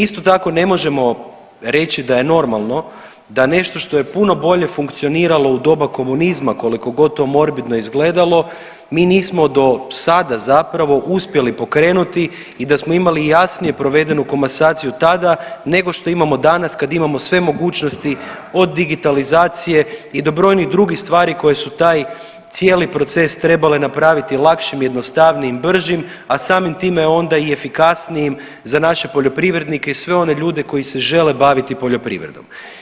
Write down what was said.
Isto tako, ne možemo reći da je normalno da nešto što je puno bolje funkcioniralo u doba komunizma koliko god to morbidno izgledalo mi nismo do sada zapravo uspjeli pokrenuti i da smo imali jasnije provedenu komasaciju tada nego što imamo danas kada imao sve mogućnosti od digitalizacije i do brojnih drugih stvari koje su taj cijeli proces trebale napraviti lakšim, jednostavnijim, bržim a samim time onda i efikasnijim za naše poljoprivrednike i sve one ljude koji se žele baviti poljoprivredom.